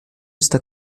está